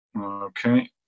Okay